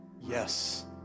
yes